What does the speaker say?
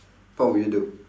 what would you do